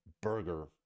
burger